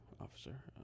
officer